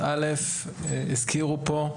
הראשונה: הזכירו פה,